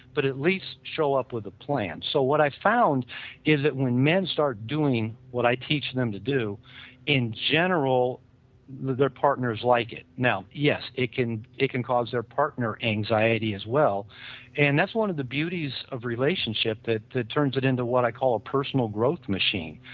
but at least show up with plans. so what i found is that when men start doing what i teach them to do in general their partners like it. now, yes, it can it can cause their partner anxiety as well and that's one of the beauties of relationship that turns it into what i called personal growth machine.